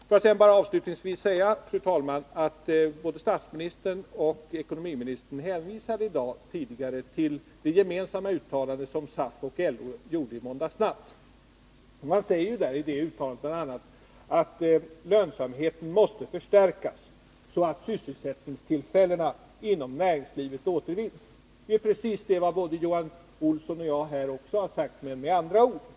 Får jag sedan bara avslutningsvis säga, fru talman, att både statsministern och ekonomiministern tidigare i dag hänvisade till det gemensamma uttalande som SAF och LO gjorde under måndagsnatten, där man bl.a. säger att lönsamheten måste förstärkas så att sysselsättningstillfällena inom näringslivet återvinns. Det är precis vad både Johan Olsson och jag sagt, men med andra ord.